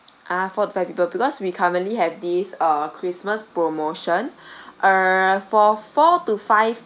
ah four to five people because we currently have these uh christmas promotion err for four to five